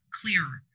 clearer